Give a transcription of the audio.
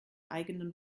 eigenen